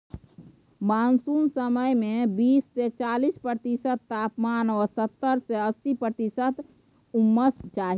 monsoon समय मे बीस सँ चालीस प्रतिशत तापमान आ सत्तर सँ अस्सी प्रतिशत उम्मस चाही